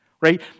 right